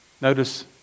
notice